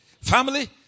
Family